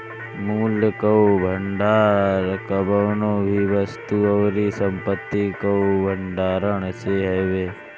मूल्य कअ भंडार कवनो भी वस्तु अउरी संपत्ति कअ भण्डारण से हवे